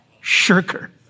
shirker